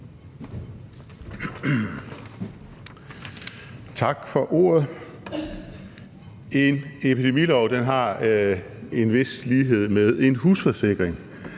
Tak for ordet. En epidemilov har en vis lighed med en husforsikring.